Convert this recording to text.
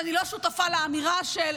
ואני לא שותפה לאמירה של: